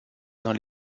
dans